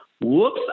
Whoops